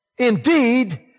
Indeed